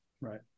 Right